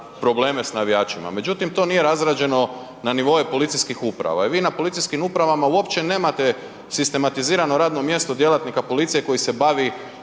probleme sa navijačima. Međutim, to nije razrađeno na nivoe policijskih uprava i vi na policijskim upravama uopće nemate sistematizirano radno mjesto djelatnika policije koji se bavi